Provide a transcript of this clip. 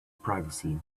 privacy